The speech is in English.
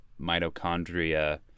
mitochondria